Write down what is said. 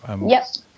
Yes